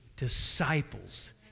disciples